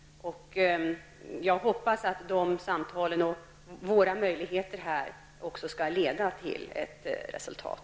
Jag hoppas att dessa samtal och våra möjligheter i detta sammanhang också skall leda till ett resultat.